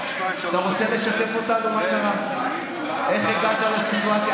אתה רוצה לשתף אותנו מה קרה, איך הגעת לסיטואציה?